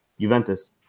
Juventus